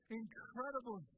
incredible